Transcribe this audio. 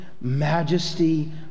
majesty